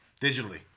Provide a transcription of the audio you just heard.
Digitally